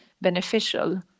beneficial